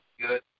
good